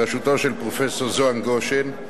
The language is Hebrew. בראשותו של פרופסור זוהר גושן,